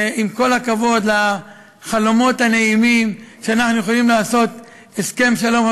עם כל הכבוד לחלומות הנעימים שאנחנו יכולים לעשות הסכם שלום,